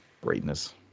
Greatness